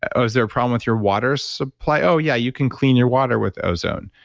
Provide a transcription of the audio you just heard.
oh, is there a problem with your water supply? oh, yeah, you can clean your water with ozone.